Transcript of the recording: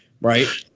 right